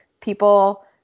people